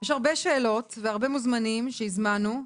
יש הרבה שאלות והרבה מוזמנים שהזמנו,